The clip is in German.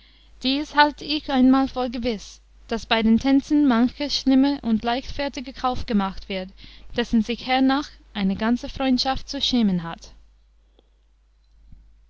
halte ich einmal vor gewiß daß bei den tänzen mancher schlimmer und leichtfertiger kauf gemacht wird dessen sich hernach eine ganze freundschaft zu schämen hat